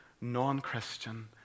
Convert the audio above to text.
non-Christian